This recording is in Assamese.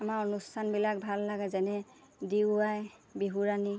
আমাৰ অনুষ্ঠানবিলাক ভাল লাগে যেনে ডি ৱাই বিহুৰাণী